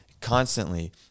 Constantly